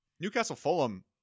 Newcastle-Fulham